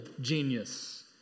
genius